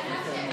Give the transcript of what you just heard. אנחנו תומכים,